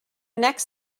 next